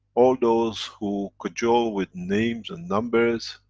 all those who cajole with names and numbers,